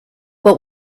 but